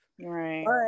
Right